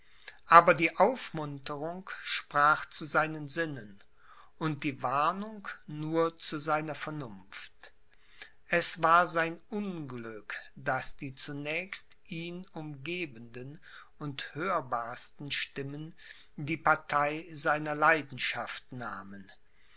aber die aufmunterung sprach zu seinen sinnen und die warnung nur zu seiner vernunft es war sein unglück daß die zunächst ihn umgebenden und hörbarsten stimmen die partei seiner leidenschaft nahmen